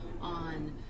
on